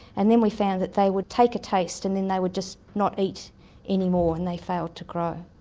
and then we found that they would take a taste and then they would just not eat anymore and they failed to grow.